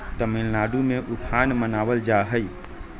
तमिलनाडु में उफान मनावल जाहई